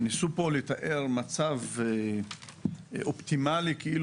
ניסו פה לתאר מצב אופטימלי כאילו